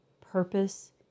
purpose